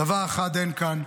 דבר אחד אין כאן,